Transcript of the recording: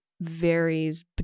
varies